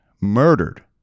murdered